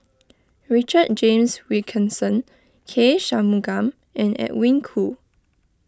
Richard James Wilkinson K Shanmugam and Edwin Koo